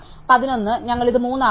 11 ഞങ്ങൾ ഇത് 3 ആക്കുന്നു